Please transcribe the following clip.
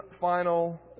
final